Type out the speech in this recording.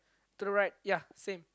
to the right ya same